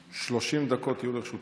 מזרסקי, 30 דקות יהיו לרשותך.